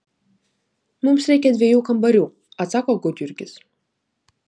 mums reikia dviejų kambarių atsako gudjurgis